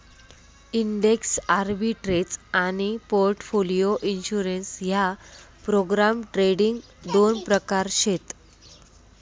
index arbitrage आनी portfolio insurance ह्या programme trading दोन प्रकार शेत